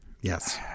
yes